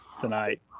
tonight